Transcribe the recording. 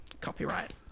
Copyright